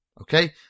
okay